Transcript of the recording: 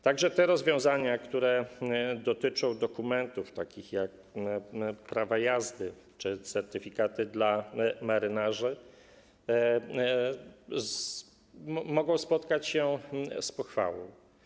Tak że te rozwiązania, które dotyczą dokumentów takich jak prawa jazdy czy certyfikaty dla marynarzy, mogą spotkać się z pochwałą.